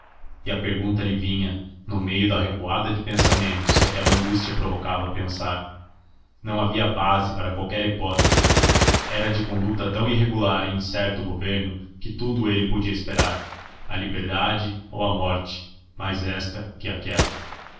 e a pergunta lhe vinha no meio da revoada de pensamentos que aquela angústia provocava pensar não havia base para qualquer hipótese era de conduta tão irregular e incerta o governo que tudo ele podia esperar a liberdade ou a morte mais esta que aquela